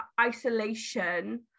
isolation